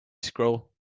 scroll